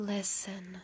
Listen